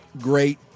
great